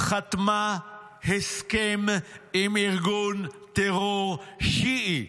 חתמה הסכם עם ארגון טרור שיעי,